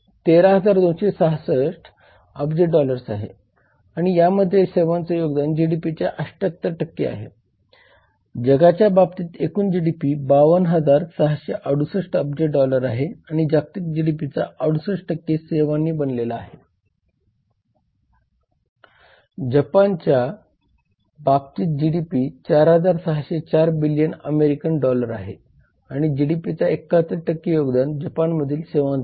तर प्रशासनाची ही काही उदाहरणे आहेत जी आपल्या व्यवसायावर परिणाम करू शकतात ही उदाहरणे राजकीय वातावरणात कायदे आणि नियमांच्या प्रशासनाबद्दल आहेत